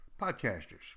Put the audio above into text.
Podcasters